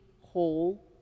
whole